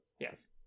Yes